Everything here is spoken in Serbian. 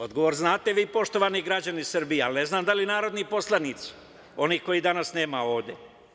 Odgovor znate vi, poštovani građani Srbije, ali ne znam da li narodni poslanici znaju, oni kojih danas nema ovde?